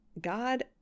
God